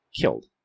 killed